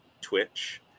twitch